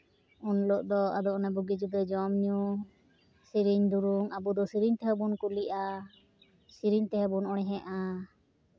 ᱩᱱ ᱦᱤᱞᱳᱜ ᱫᱚ ᱟᱫᱚ ᱚᱱᱮ ᱵᱩᱜᱤ ᱡᱩᱫᱟᱹ ᱡᱚᱢ ᱧᱩ ᱥᱮᱨᱮᱧ ᱫᱩᱨᱩᱝ ᱟᱵᱚ ᱫᱚ ᱥᱮᱨᱮᱧ ᱛᱮᱦᱚᱸ ᱵᱚᱱ ᱠᱩᱞᱤᱜᱼᱟ ᱥᱮᱨᱮᱧ ᱛᱮᱦᱚᱸ ᱵᱚᱱ ᱚᱬᱦᱮᱜᱼᱟ